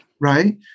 right